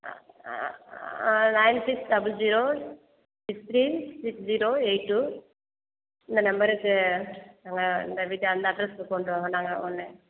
nine six double zero six three six zero eight two இந்த நம்பருக்கு நாங்கள் இந்த வீட்டு அந்த அட்ரஸ்க்கு கொண்டு வாங்க நாங்கள் ஒன்றே